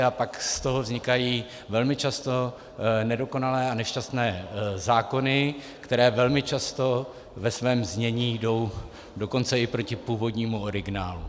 A pak z toho vznikají velmi často nedokonalé a nešťastné zákony, které velmi často ve svém znění jdou dokonce i proti původnímu originálu.